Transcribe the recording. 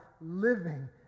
living